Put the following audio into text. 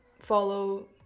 follow